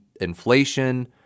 inflation